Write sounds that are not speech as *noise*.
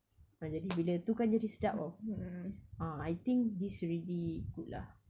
ah jadi bila *noise* tu kan dia jadi sedap [tau] ah I think this already good lah